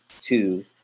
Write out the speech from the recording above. two